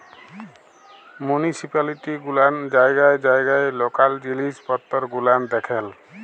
municipality গুলান জায়গায় জায়গায় লকাল জিলিস পত্তর গুলান দেখেল